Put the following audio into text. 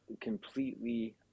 completely